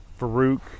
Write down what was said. Farouk